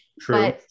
True